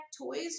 toys